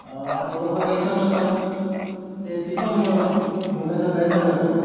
मग थोडंफार काही समजतं ते ते पण बोलण्याचा प्रयत्न करतो